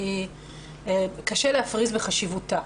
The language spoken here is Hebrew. קשה להפריז בחשיבותה.